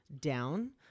down